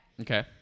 Okay